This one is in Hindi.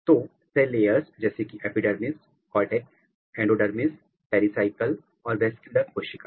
तो सेल लेयर्स जैसे कि एपिडर्मिस कॉर्टेक्स एंडोडर्मिस पेरिसायकल और वैस्कुलर कोशिकाएं